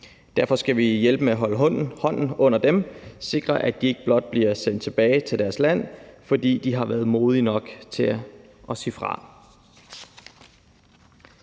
Derfor skal vi hjælpe ved at holde hånden under dem og sikre, at de ikke blot bliver sendt tilbage til deres land, fordi de har været modige nok til at sige fra.